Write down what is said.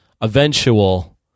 eventual